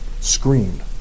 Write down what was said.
screamed